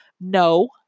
no